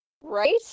Right